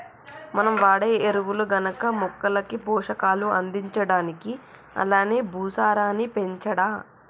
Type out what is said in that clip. మనం వాడే ఎరువులు గనక మొక్కలకి పోషకాలు అందించడానికి అలానే భూసారాన్ని పెంచడా